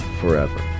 forever